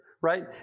right